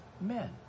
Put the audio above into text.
men